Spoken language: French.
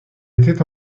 était